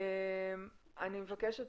אני מבקשת